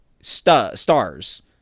stars